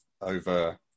over